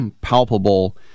palpable